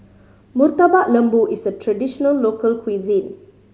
Murtabak Lembu is a traditional local cuisine